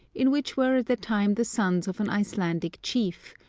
in which were at the time the sons of an icelandic chief,